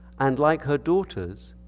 and like her daughters,